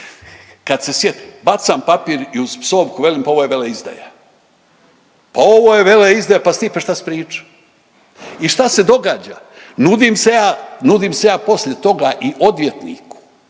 kada se sjetim. Bacam papir i uz psovku velim: „Pa ovo je veleizdaja.“ Pa ovo je veleizdaja, pa Stipe što si pričao. I što se događa? Nudim se ja, nudim se ja poslije toga i odvjetniku